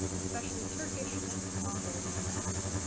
especially turkish and mongol nomads.